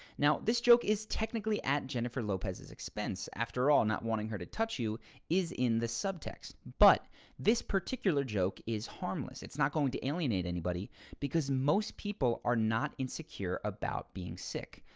now, this joke is technically at jennifer lopez's expense. after all, not wanting her to touch you is in the subtext. but this particular joke is harmless. it's not going to alienate anybody because most people are not insecure about being sick.